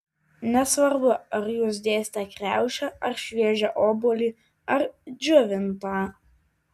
nesvarbu ar jūs dėsite kriaušę ar šviežią obuolį ar džiovintą